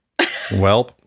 Welp